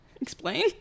Explain